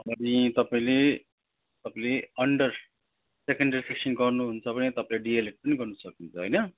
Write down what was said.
अनि तपाईँले तपाईँले अन्डर सेकेन्ड्री एजुकेसन गर्नुहुन्छ भने तपाईँले डिएलएड पनि गर्न सकिन्छ हैन